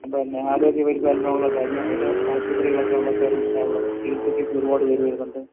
പിന്നെ ആരോഗ്യപരിപാലനമുള്ള രാജ്യം ഏറ്റവും ആശ്പത്രികളൊക്കെയുള്ള കേരളത്തിലാണ് ഉള്ളത് ചികിത്സക്കൊക്കെ ഒരുപാട് പേർ വരുന്നുണ്ട്